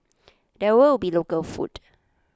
there will be local food